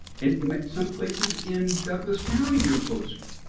and some places in douglas county, you're closer.